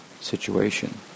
situation